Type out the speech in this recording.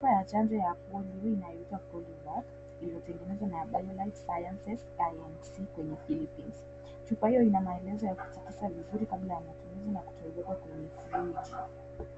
Chupa ya chanjo ya polio inayoitwa poilovac imetengenezwa na Faberco Life Sciences . Chupa hiyo ina maelezo ya kutikisa vizuri kabla ya matumizi na kutoweka kwenye sehemu ya baridi.